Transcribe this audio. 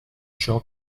ciò